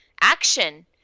action